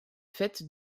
faite